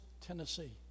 Tennessee